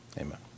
Amen